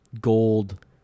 gold